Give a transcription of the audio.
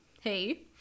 hey